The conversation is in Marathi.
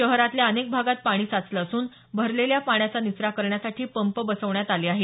शहरातल्या अनेक भागात पाणी साचलं असून भरलेल्या पाण्याचा निचरा करण्यासाठी पंप बसवण्यात आले आहेत